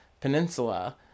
Peninsula